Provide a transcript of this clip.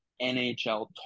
NHL